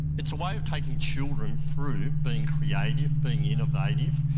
it's a way of taking children through being creative, being innovative,